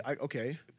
okay